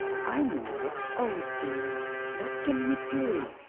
i know it. oh, dear what can we do?